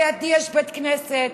לידי יש בית כנסת,